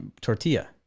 tortilla